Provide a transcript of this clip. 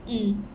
mm